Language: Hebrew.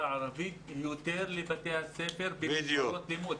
הערבית יגיעו יותר לבתי הספר לשעות לימוד.